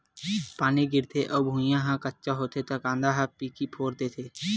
पानी गिरथे अउ भुँइया ह कच्चा होथे त कांदा ह पीकी फोर देथे